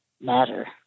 matter